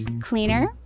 cleaner